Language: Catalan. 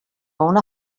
una